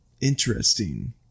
Interesting